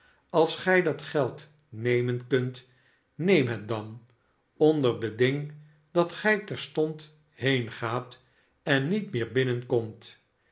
als gij dat geld nemen kunt neem het dan onder beding dat gij terstond heengaat en niet meer binnenkomt